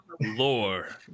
lore